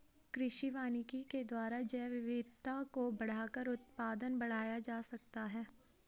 कृषि वानिकी के द्वारा जैवविविधता को बढ़ाकर उत्पादन बढ़ाया जा सकता है